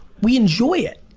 we enjoy it.